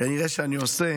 שאני עושה